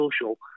social